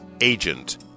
agent